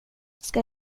ska